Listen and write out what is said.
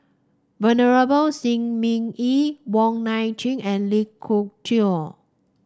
Venerable Shi Ming Yi Wong Nai Chin and Lee Choo